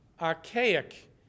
archaic